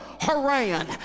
Haran